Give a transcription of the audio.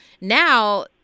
now